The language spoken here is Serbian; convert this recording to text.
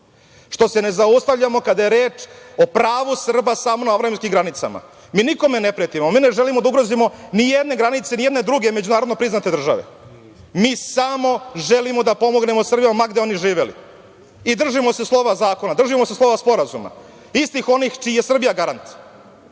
što se ne zaustavljamo kada je reč o pravu Srba samo na avnojevskim granicama. Mi nikome ne pretimo. Mi ne želimo da ugrozimo ni jedne granice ni jedne druge međunarodno priznate države. Mi samo želimo da pomognemo Srbima, ma gde oni živeli. I držimo se slova zakona, držimo se slova sporazuma, istih onih čiji je Srbija garant. Drago